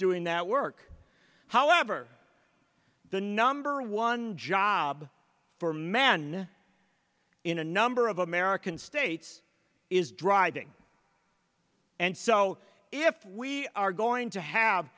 doing that work however the number one job for man in a number of american states is driving and so if we are going to have